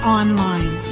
online